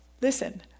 Listen